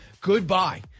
goodbye